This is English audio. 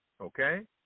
Okay